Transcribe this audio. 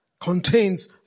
contains